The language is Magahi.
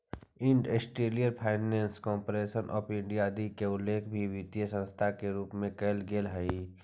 industrial finance corporation of India आदि के उल्लेख भी वित्तीय संस्था के रूप में कैल गेले हइ